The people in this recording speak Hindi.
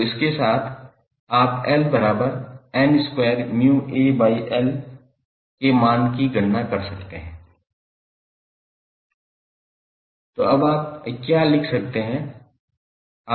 तो इसके साथ आप 𝐿𝑁2𝜇𝐴𝑙 can के मान की गणना कर सकते हैं तो अब आप क्या लिख सकते हैं